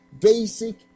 basic